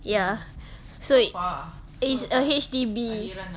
ya so it it's a H_D_B